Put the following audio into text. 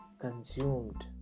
consumed